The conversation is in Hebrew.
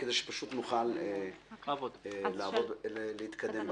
כדי שנוכל להתקדם בהקראה.